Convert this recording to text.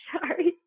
Sorry